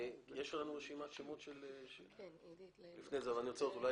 מישהו רוצה לדבר?